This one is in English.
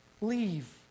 leave